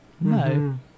no